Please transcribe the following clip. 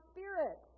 Spirit